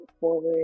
forward